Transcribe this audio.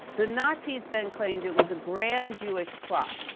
the nazis then claimed it was a grand jewish plot.